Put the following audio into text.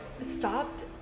stopped